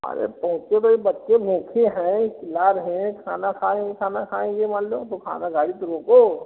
अरे पहुंचे तो यह बच्चे भूखे हैं ये चिल्ला रहे हैं खाना खाएंगे खाना खाएंगे मान लो तो खाना गाड़ी तो रोको